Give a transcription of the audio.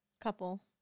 couple